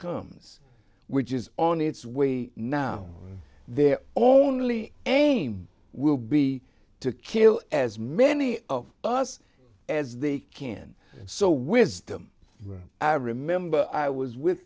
comes which is on its way now they're only aim will be to kill as many of us as they can so wisdom i remember i was with